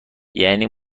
یعنی